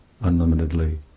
unlimitedly